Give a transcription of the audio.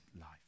life